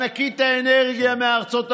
ענקית האנרגיה מארצות הברית.